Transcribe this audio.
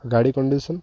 ଗାଡ଼ି କଣ୍ଡିସନ